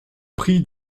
prient